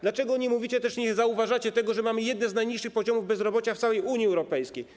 Dlaczego nie mówicie, też nie zauważacie tego, że mamy jeden z najniższych poziomów bezrobocia w całej Unii Europejskiej.